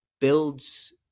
builds